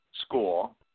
school